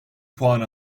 puanı